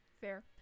Fair